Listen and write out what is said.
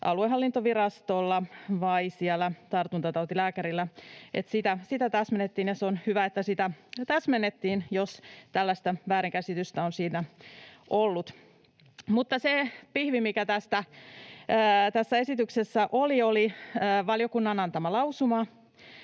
aluehallintovirastolla vai tartuntatautilääkärillä. Sitä täsmennettiin, ja on hyvä, että sitä täsmennettiin, jos tällaista väärinkäsitystä on siinä ollut. Mutta se pihvi, mikä tässä esityksessä oli, oli valiokunnan antama lausuma